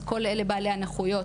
אז כל אלה בעלי הנכויות,